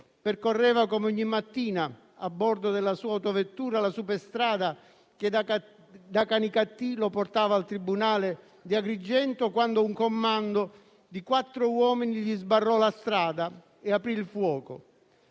percorreva come ogni mattina a bordo della sua autovettura la superstrada che da Canicattì lo portava al tribunale di Agrigento, quando un commando di quattro uomini gli sbarrò la strada e aprì il fuoco.